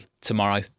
tomorrow